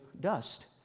dust